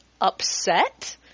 upset